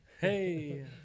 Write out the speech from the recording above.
Hey